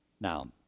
Now